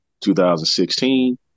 2016